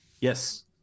yes